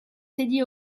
teddy